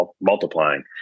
multiplying